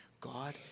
God